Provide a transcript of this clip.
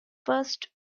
first